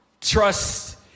trust